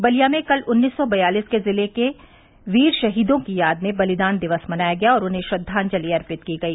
बलिया में कल उन्नीस सौ बयालीस के जिले के वीर शहीदों की याद में बलिदान दिवस मनाया गया और उन्हें श्रद्वाजंलि अर्पित की गई